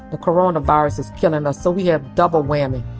the coronavirus is killing us. so we have double whammy.